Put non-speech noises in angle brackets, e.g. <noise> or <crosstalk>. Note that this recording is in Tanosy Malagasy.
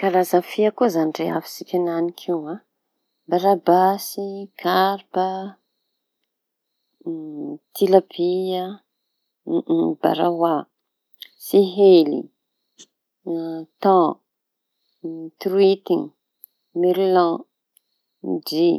Karaza fia koa izañy rehafintsika enanik'io e! barabasy, karpa, <hesitation> tilapia, <hesitation> baraoa, sihely, <hesitation> taon, troity, merlaon, drihy,